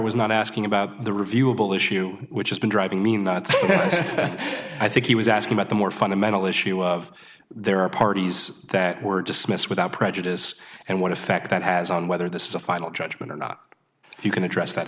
was not asking about the reviewable issue which has been driving me nuts i think he was asking about the more fundamental issue of there are parties that were dismissed without prejudice and what effect that has on whether this is a final judgment or not if you can address that